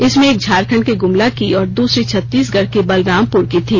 इसमें एक झारखंड के गुमला की और दूसरी छत्तीसगढ़ के बलरामपुर की थी